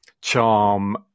charm